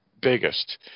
biggest